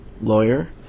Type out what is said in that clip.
lawyer